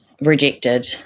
rejected